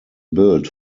built